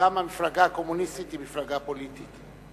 גם המפלגה הקומוניסטית היא מפלגה פוליטית.